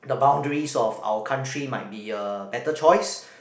the boundaries of our country might be a better choice